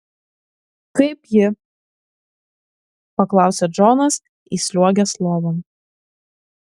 kaip ji paklausė džonas įsliuogęs lovon